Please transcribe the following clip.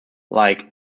like